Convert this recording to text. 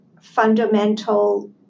fundamental